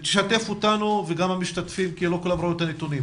שתף אותנו וגם את המשתתפים כי לא כולם ראו את הנתונים,